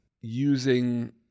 using